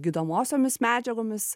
gydomosiomis medžiagomis